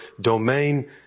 domain